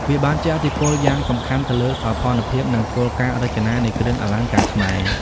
វាបានជះឥទ្ធិពលយ៉ាងសំខាន់ទៅលើសោភ័ណភាព និងគោលការណ៍រចនានៃគ្រឿងអលង្ការខ្មែរ។